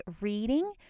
reading